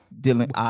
dealing